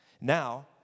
Now